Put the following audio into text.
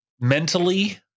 mentally